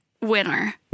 Winner